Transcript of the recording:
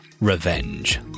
Revenge